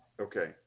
Okay